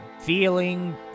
Feeling